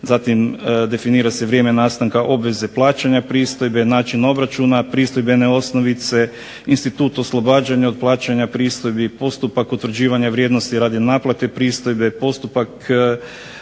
Zatim, definira se vrijeme nastanka obveze plaćanja pristojbe, način obračuna pristojbene osnovice, institut oslobađanja od plaćanja pristojbi, postupak utvrđivanja vrijednosti radi naplate pristojbe, postupak